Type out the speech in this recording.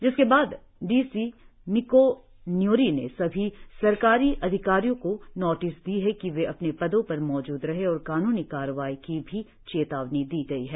जिसके बाद D C Miko Nyori ने सभी सरकारी अधिकारियों को निटिस दी है कि वे अपने पदो पर मौजूद रहे और कानूनी कार्रवाई की भी चेतावनी दी गई है